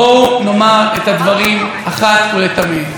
בואו נאמר את הדברים אחת ולתמיד: